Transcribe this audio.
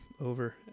over